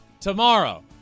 Tomorrow